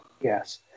Yes